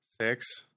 six